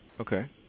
Okay